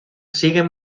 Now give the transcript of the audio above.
siguen